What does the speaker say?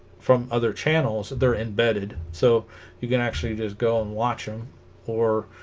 from other channels that are embedded so you can actually just go and watch them or